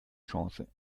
chance